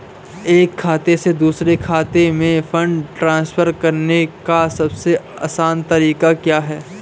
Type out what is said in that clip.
एक खाते से दूसरे खाते में फंड ट्रांसफर करने का सबसे आसान तरीका क्या है?